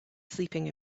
sleeping